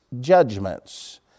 judgments